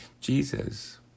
Jesus